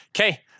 Okay